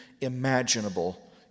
imaginable